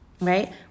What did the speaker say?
right